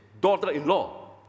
daughter-in-law